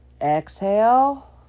Exhale